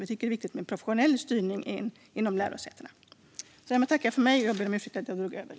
Vi tycker att det är viktigt med professionell styrning av lärosätena.